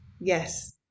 yes